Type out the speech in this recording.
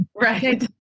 Right